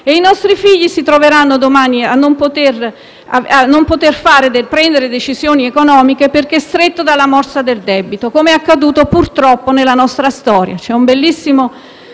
e i nostri figli si troveranno domani a non poter prendere decisioni economiche perché stretti dalla morsa del debito, com'è già accaduto purtroppo nella nostra storia.